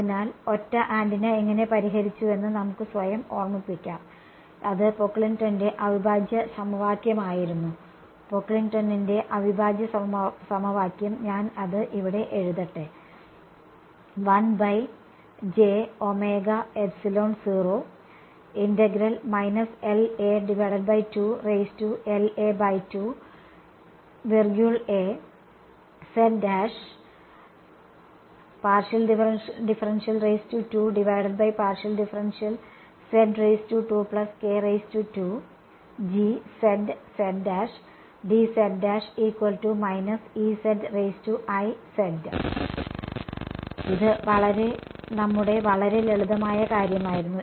അതിനാൽ ഒറ്റ ആന്റിന എങ്ങനെ പരിഹരിച്ചുവെന്ന് നമുക്ക് സ്വയം ഓർമ്മിപ്പിക്കാം അത് പോക്ക്ലിംഗ്ടണിന്റെ അവിഭാജ്യ സമവാക്യമായിരുന്നു Pocklington's integral equation പോക്ക്ലിംഗ്ടണിന്റെ അവിഭാജ്യ സമവാക്യംPocklington's integral equation ഞാൻ അത് ഇവിടെ എഴുതട്ടെ ഇത് നമ്മളുടെ വളരെ ലളിതമായ കാര്യമായിരുന്നു